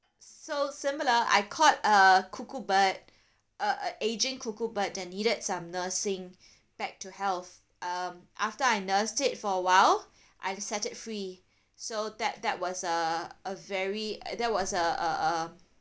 so similar I caught a cuckoo bird uh a aging cuckoo bird that needed some nursing back to health um after I nursed it for a while I set it free so that that was uh a very that was uh uh uh